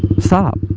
stop.